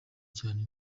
cyane